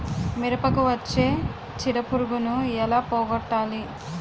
మిరపకు వచ్చే చిడపురుగును ఏల పోగొట్టాలి?